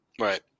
Right